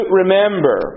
remember